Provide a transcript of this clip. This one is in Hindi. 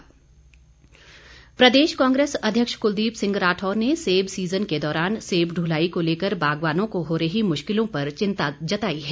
कुलदीप राठौर प्रदेश कांग्रेस अध्यक्ष कुलदीप सिंह राठौर ने सेब सीज़न के दौरान सेब ढुलाई को लेकर बागवानों को हो रही मुश्किलों पर चिंता ज़ाहिर की है